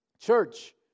Church